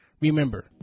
Remember